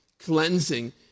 Cleansing